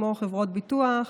כמו חברות ביטוח,